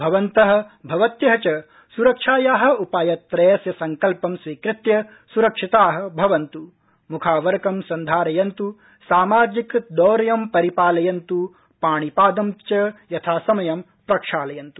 भवन्त भवत्य च सरक्षाया उपायत्रयस्य संकल्पं स्वीकृत्य स्रक्षिता भवन्त् मुखावरकं सन्धारयन्तु सामाजिकदौर्यं परिपालयन्तु पाणिपाद च यथासमयं प्रक्षालयन्त्